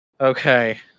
Okay